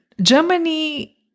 Germany